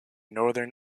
northern